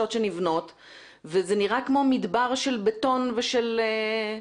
שנבנות וזה נראה כמו מדבר של בטון ושל חניות.